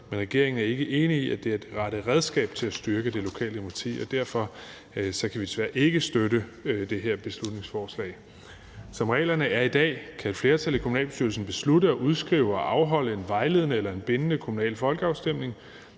men regeringen er ikke enig i, at det er det rette redskab til at styrke det lokale demokrati, og derfor kan vi desværre ikke støtte det her beslutningsforslag. Som reglerne er i dag, kan et flertal i kommunalbestyrelsen beslutte at udskrive og afholde en vejledende eller en bindende kommunal folkeafstemning.